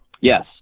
Yes